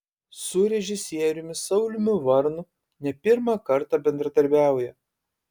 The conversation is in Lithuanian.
su režisieriumi sauliumi varnu ne pirmą kartą bendradarbiauja